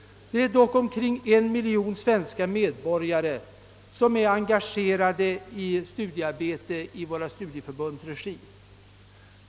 Det är dock omkring en miljon svenska medborgare, som är engagerade i studiearbete i studieförbundens regi.